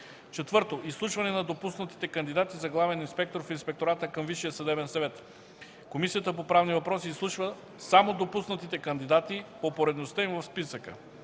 4. Изслушване на допуснатите кандидати за главен инспектор в Инспектората към Висшия съдебен съвет. Комисията по правни въпроси изслушва само допуснатите кандидати по поредността им в списъка.